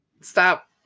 Stop